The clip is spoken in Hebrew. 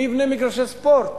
מי יבנה מגרשי ספורט?